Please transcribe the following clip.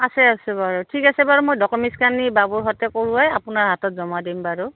আছে আছে বাৰু ঠিক আছে বাৰু মই ডকুমেন্সখানি বাবুৰ সৈতে কৰোৱাই আপোনাৰ হাতত জমা দিম বাৰু